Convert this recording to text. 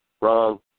wrong